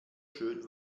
schön